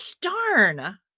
darn